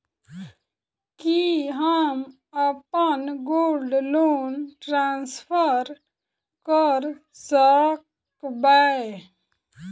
की हम अप्पन gold loan transfer करऽ सकबै?